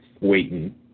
waiting